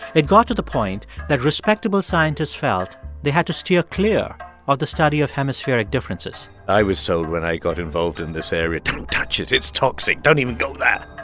it got to the point that respectable scientists felt they had to steer clear of the study of hemispheric differences i was told, when i got involved in this area, don't touch it. it's toxic. don't even go there